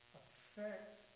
affects